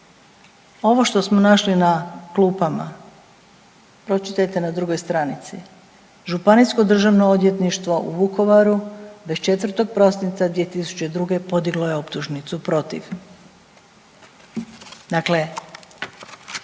Ovo što smo našli na klupama, pročitajte na drugoj stranici, Županijsko državno odvjetništvo u Vukovaru 24. prosinca 2002. podiglo je optužnicu protiv